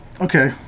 okay